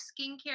skincare